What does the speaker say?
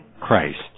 Christ